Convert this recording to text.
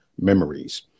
memories